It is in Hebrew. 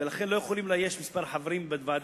ולכן לא יכולים לאייש מספר חברים בוועדה,